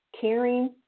caring